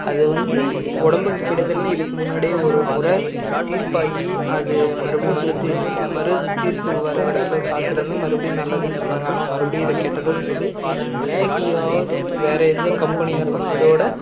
அது வந்து உடம்புக்கு கெடுதல்னு இதுக்கு முன்னாடி ஒரு முறை தீர்ப்பாகி அது மறுபடியும் மறுசீலனை மறு தீர்ப்பு வர்ற வரைக்கு காத்திருந்து மறுபடியும் நல்லதுன்னு சொன்னாங்க ஆனால் மறுபடியும் இதை கெட்டதுன்னு சொல்லி மேகியோ வேறே எந்த கம்பெனியாக இருந்தாலும் அதோடய